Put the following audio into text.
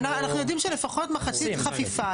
אנחנו יודעים שלפחות מחצית חפיפה.